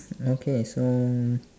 okay so